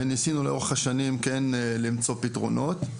וניסינו לאורך השנים כן למצוא פתרונות,